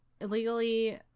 illegally